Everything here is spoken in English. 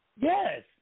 Yes